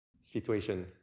situation